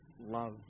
love